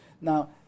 Now